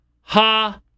Ha